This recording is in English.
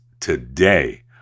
today